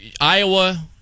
Iowa